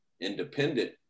independent